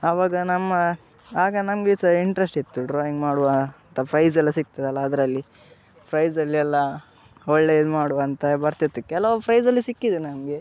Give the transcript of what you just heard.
ಅವಾಗ ನಮ್ಮ ಆಗ ನಮಗೆ ಸಹ ಇಂಟ್ರೆಸ್ಟ್ ಇತ್ತು ಡ್ರಾಯಿಂಗ್ ಮಾಡುವ ಅಂತ ಪ್ರೈಜ್ಯೆಲ್ಲ ಸಿಗ್ತದಲ್ಲ ಅದರಲ್ಲಿ ಪ್ರೈಜಲ್ಲಿಯೆಲ್ಲ ಒಳ್ಳೆ ಇದು ಮಾಡುವ ಅಂತ ಬರ್ತಿತ್ತು ಕೆಲವು ಪ್ರೈಜ್ಯೆಲ್ಲ ಸಿಕ್ಕಿದೆ ನಮಗೆ